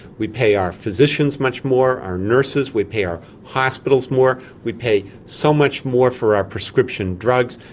we pay our physicians much more, our nurses, we pay our hospitals more, we pay so much more for our prescription drugs,